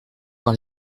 par